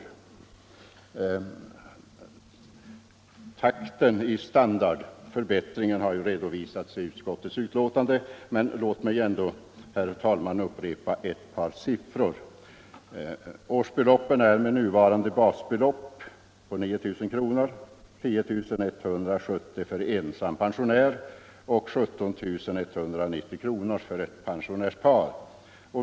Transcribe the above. Takten i standardförbättringen har redovisats i utskottets betänkande, men låt mig ändå, herr talman, upprepa ett par siffror. Årsbeloppen är med nuvarande basbelopp på 9 000 kr. 10 170 för ensam pensionär och 17 190 för ett pensionärspar.